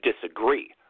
disagree